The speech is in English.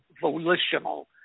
volitional